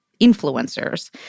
influencers